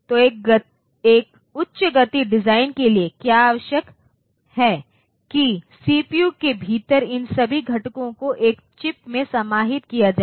तो एक उच्च गति डिजाइन के लिए क्या आवश्यक है कि सीपीयू के भीतर इन सभी घटकों को एक चिप में समाहित किया जाए